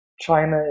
China